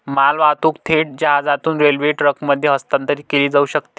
मालवाहतूक थेट जहाजातून रेल्वे ट्रकमध्ये हस्तांतरित केली जाऊ शकते